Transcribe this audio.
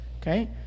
Okay